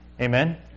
Amen